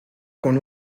con